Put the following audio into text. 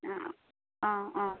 অঁ